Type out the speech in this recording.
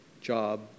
job